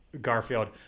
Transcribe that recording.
Garfield